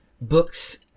books